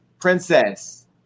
Princess